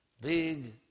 big